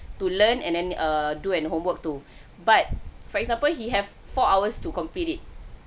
to learn and then err do and homework too but for example he has four hours to complete it